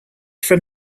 from